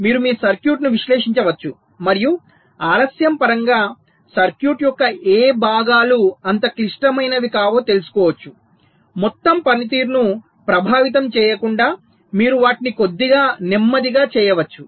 మీరు మీ సర్క్యూట్ను విశ్లేషించవచ్చు మరియు ఆలస్యం పరంగా సర్క్యూట్ యొక్క ఏ భాగాలు అంత క్లిష్టమైనవి కావో తెలుసుకోవచ్చు మొత్తం పనితీరును ప్రభావితం చేయకుండా మీరు వాటిని కొద్దిగా నెమ్మదిగా చేయవచ్చు